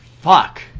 fuck